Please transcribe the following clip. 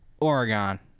Oregon